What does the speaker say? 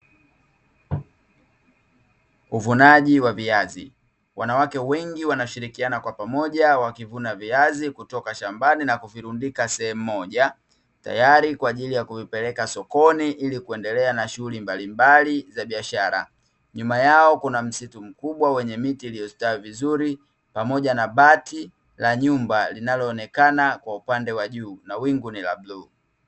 Uvunaji wa viazi, wanawake wengi wanashirikiana kwa pamoja wakivuna viazi kutoka shambani na kuvirundika sehemu moja. Tayari kwa ajili ya kuvipeleka sokoni, ili kuendelea na shughuli mbalimbali za biashara. Nyuma yao kuna msitu mkubwa, wenye miti iliyostawi vizuri pamoja na bati la nyumba linaloonekana kwa upande wa juu na wingu ni la bluu.